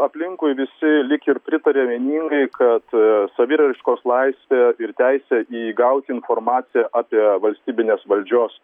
aplinkui visi lyg ir pritarė vieningai kad saviraiškos laisvė ir teisė įgauti informaciją apie valstybinės valdžios